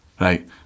right